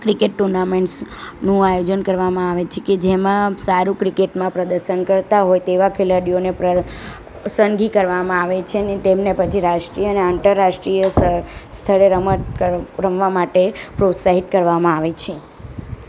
cricket tournaments નુ આયોજન કરવામાં આવે છે કે જેમાં સારું ક્રિકેટમા પ્રદર્શન કરતા હોય તેવા ખેલાડીઓને પસંદગી કરવામાં આવે છે અને તેમને પછી રાષ્ટ્રીય અને આંતરરાષ્ટ્રીયય સ્થળે રમત રમવા માટે પ્રોત્સાહિત કરવામાં આવે છે